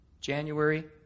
January